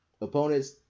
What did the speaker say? Opponents